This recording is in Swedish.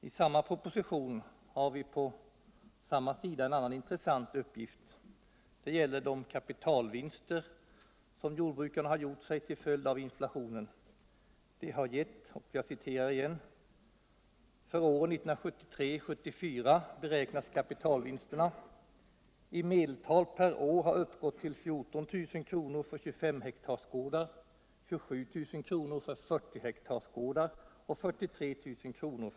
I samma proposition på samma sida har vi en annan intressant uppgift. Det gäller de kapitalvinster som jordbrukarna gjort till följd av inflationen. Vad dessa gett framgår av följande citat: ”För åren 1973-1974 beräknas kapitalvinsterna ——- i medeltal per år ha uppgått till 14 000 kr. för 25 ha-gårdar, 27 000 kr. för 40 ha-gårdar och 43000 kr.